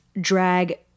drag